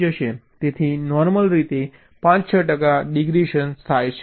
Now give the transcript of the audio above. તેથી નોર્મલ રીતે 5 6 ટકા ડિગ્રેડેશન થાય છે